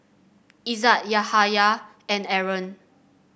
Izzat Yahaya and Aaron